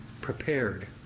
Prepared